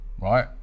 right